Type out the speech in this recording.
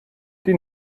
die